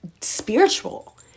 spiritual